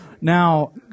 Now